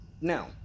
Now